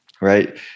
right